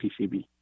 PCB